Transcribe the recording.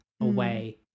away